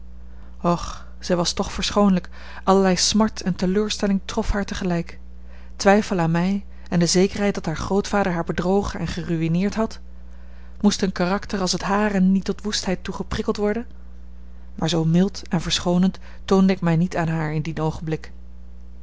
och zij was toch verschoonlijk allerlei smart en teleurstelling trof haar tegelijk twijfel aan mij en de zekerheid dat haar grootvader haar bedrogen en geruïneerd had moest een karakter als het hare niet tot woestheid toe geprikkeld worden maar zoo mild en verschoonend toonde ik mij niet aan haar in dien oogenblik